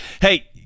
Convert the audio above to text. Hey